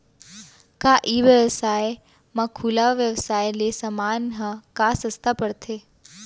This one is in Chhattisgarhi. का ई व्यवसाय म खुला व्यवसाय ले समान ह का सस्ता पढ़थे?